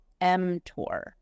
mTOR